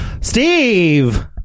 Steve